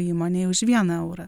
įmonei už vieną eurą